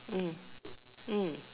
mm mm